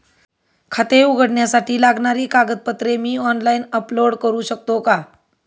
खाते उघडण्यासाठी लागणारी कागदपत्रे मी ऑनलाइन अपलोड करू शकतो का?